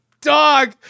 dog